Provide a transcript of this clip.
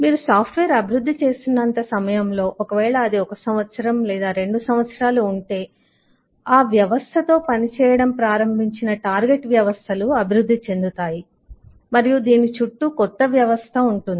మీరు software అభివృద్ధి చేసినంత సమయంలో ఒకవేళ అది 1 సంవత్సరం 2 సంవత్సరాలు ఉంటే ఆ వ్యవస్థతో పనిచేయడం ప్రారంభించిన టార్గెట్ వ్యవస్థలు అభివృద్ధి చెందుతాయి మరియు దీని చుట్టూ కొత్త వ్యవస్థ ఉంటుంది